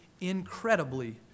incredibly